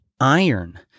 iron